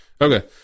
Okay